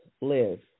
live